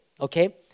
okay